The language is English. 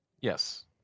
Yes